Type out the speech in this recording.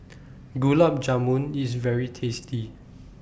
Gulab Jamun IS very tasty